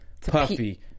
Puffy